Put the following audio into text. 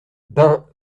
ben